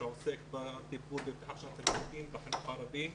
שעוסק בפתיחת שנת הלימודים בחינוך הערבי.